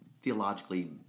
theologically